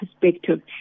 perspective